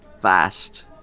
Fast